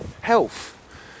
Health